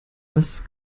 was